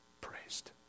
praised